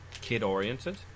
kid-oriented